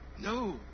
No